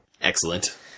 Excellent